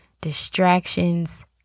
distractions